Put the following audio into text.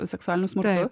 seksualiniu smurtu